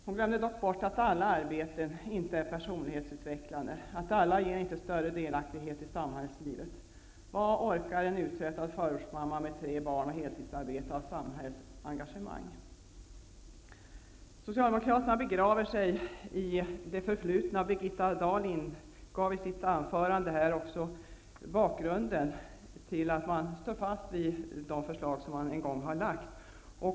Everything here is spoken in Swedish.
Hon glömde dock bort att alla arbeten inte är personlighetsutvecklande och att alla inte ger större delaktighet i samhällslivet. Vilket samhällsengagemang orkar en uttröttad förortsmamma med tre barn och heltidsarbete med? Socialdemokraterna begraver sig i det förflutna. Birgitta Dahl gav i sitt anförande bakgrunden till att Socialdemokraterna står fast vid de förslag som de en gång har lagt fram.